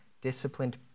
disciplined